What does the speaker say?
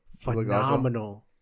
Phenomenal